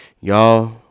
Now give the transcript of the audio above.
y'all